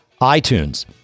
iTunes